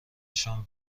شام